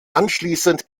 anschließend